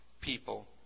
people